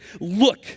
Look